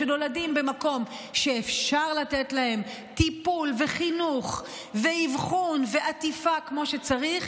שנולדים במקום שאפשר לתת להם טיפול וחינוך ואבחון ועטיפה כמו שצריך,